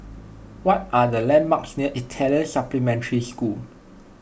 what are the landmarks near Italian Supplementary School